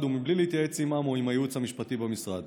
ומבלי להתייעץ עימם או עם הייעוץ המשפטי במשרד."